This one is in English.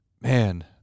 Man